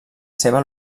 seva